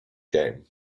game